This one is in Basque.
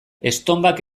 estonbak